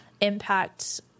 impact